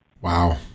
Wow